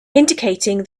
indicating